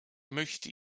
möchte